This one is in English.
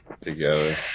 together